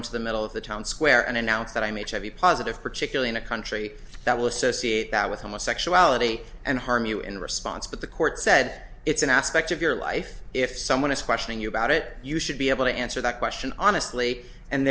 into the middle of the town square and announce that i made hiv positive particularly in a country that will associate that with homosexuality and harm you in response but the court said it's an aspect of your life if someone is questioning you about it you should be able to answer that question honestly and